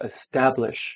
establish